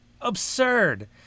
absurd